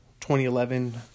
2011